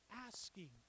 asking